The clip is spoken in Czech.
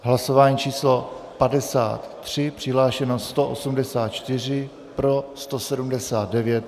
Hlasování číslo 53, přihlášeno 184, pro 179.